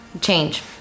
Change